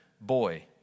boy